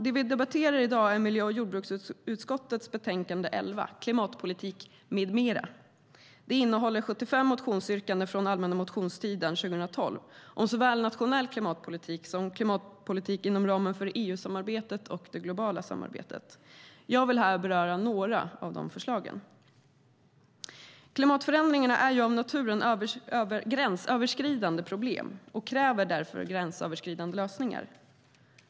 Det vi debatterar i dag är miljö och jordbruksutskottets betänkande nr 11 Klimatpolitik m.m. I betänkandet behandlas 75 motionsyrkanden från allmänna motionstiden 2012 om såväl nationell klimatpolitik som klimatpolitik inom ramen för EU-samarbetet och det globala samarbetet. Jag vill här beröra några av förslagen. Klimatförändringarna är av naturen gränsöverskridande problem och kräver därför gränsöverskridande lösningar.